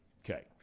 Okay